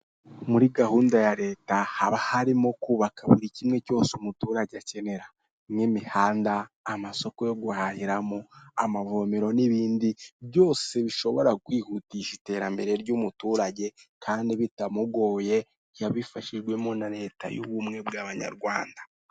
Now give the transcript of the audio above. Iruhande rw'umuhanda wa kaburimbo, abanyamaguru barimo baragenda. Haparitse imodoka y'umweru, ku gipangu gifite inzugi z'umukara. Imbere gato hari inyubako ndende y'igorofa, iteye irangi ry'umuhondo